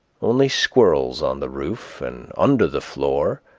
only squirrels on the roof and under the floor,